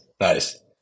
Nice